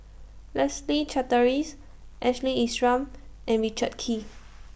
Leslie Charteris Ashley Isham and Richard Kee